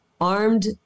armed